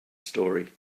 story